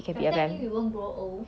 does that mean we won't grow old